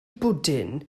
bwdin